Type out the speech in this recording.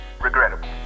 regrettable